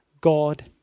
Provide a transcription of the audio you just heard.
God